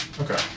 Okay